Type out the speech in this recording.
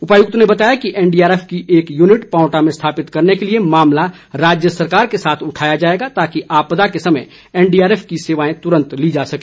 उपायुक्त ने बताया कि एनडी आर एफ की एक यूनिट पावंटा में स्थापित करने के लिए मामला राज्य सरकार के साथ उठाया जाएगा ताकि आपदा के समय एनडीआरएफ की सेवाएं तुरंत ली जा सके